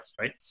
Right